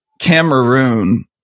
Cameroon